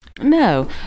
No